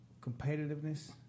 competitiveness